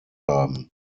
haben